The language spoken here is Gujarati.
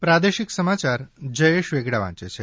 પ્રાદેશિક સમાચાર જયેશ વેગડા વાંચે છે